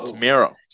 Miro